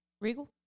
Regal